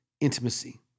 intimacy